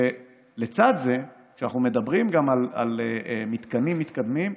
ולצד זה שאנחנו מדברים על מתקנים מתקדמים,